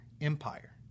Empire